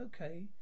Okay